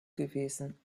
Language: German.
gewesen